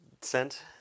sent